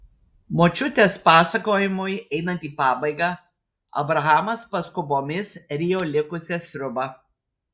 močiutės pasakojimui einant į pabaigą abrahamas paskubomis rijo likusią sriubą